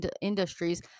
industries